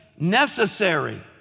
necessary